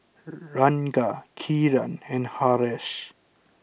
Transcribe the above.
Ranga Kiran and Haresh